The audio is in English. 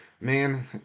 man